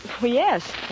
yes